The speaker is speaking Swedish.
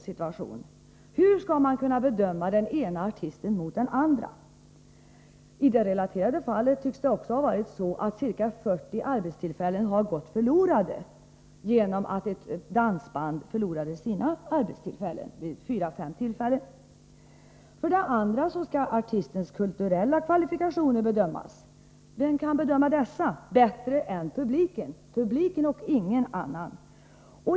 Hur skall man kunna bedöma en artist i jämförelse med en annan? I det relaterade fallet tycks det ha varit så, att ca 40 arbetstillfällen gått förlorade genom att ett dansband gått miste om arbete vid fyra fem tillfällen. För det andra skall artistens kulturella kvalifikationer bedömas. Vem kan bedöma dessa bättre än publiken?